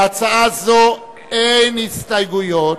להצעה זו אין הסתייגויות,